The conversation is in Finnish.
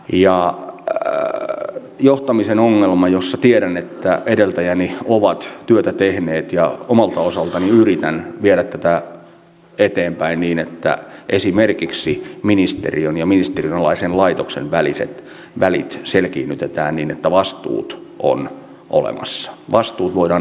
ja johtamisen ongelma jossa tiedän että edeltäjäni ovat työtä tehneet ja omalta osaltani yritän koulutukseen todellakin kohdistuu ikävällä tavalla leikkauksia ja ministerlaisen laitoksen väliset välit selkiinnytetään niin että vastuut on olemassa vastuu kun on